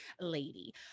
lady